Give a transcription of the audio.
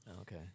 Okay